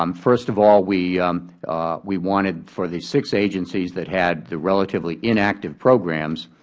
um first of all, we we wanted for the six agencies that had the relatively inactive programs,